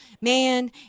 man